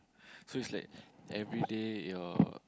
so it's like everyday your